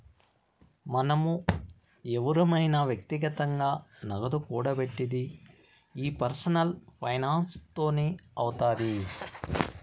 మనం ఎవురమైన వ్యక్తిగతంగా నగదు కూడబెట్టిది ఈ పర్సనల్ ఫైనాన్స్ తోనే అవుతాది